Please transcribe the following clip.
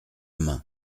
main